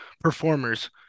performers